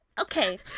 okay